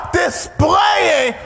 displaying